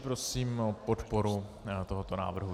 Prosím o podporu tohoto návrhu.